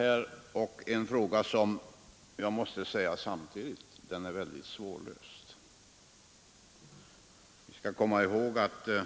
Samtidigt vill jag säga att den är mycket svårlöst. Vi skall komma ihåg att vi